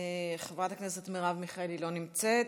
חברת הכנסת מרב מיכאלי, לא נמצאת.